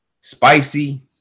spicy